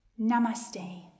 Namaste